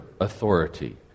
authority